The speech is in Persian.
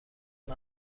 اون